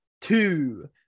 two